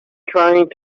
trying